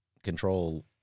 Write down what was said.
control